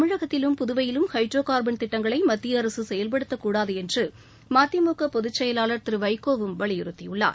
தமிழகத்திலும் புதுவையிலும் hydrocarbon திட்டங்களை மத்திய அரசு செயல்படுத்தக்கூடாது என்று மதிமுக பொதுச்செயலாளர் திரு வைகோவும் வலியுறுத்தியுள்ளார்